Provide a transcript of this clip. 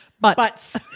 Butts